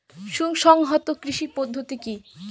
সুসংহত কৃষি পদ্ধতি কি?